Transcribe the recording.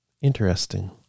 Interesting